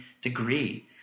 degree